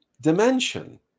dimension